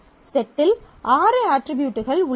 settle ஆறு அட்ரிபியூட்கள் உள்ளன